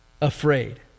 afraid